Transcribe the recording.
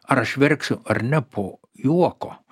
ar aš verksiu ar ne po juoko